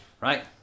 right